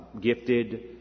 gifted